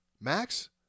max